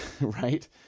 right